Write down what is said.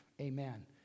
amen